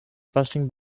passing